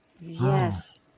Yes